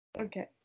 Okay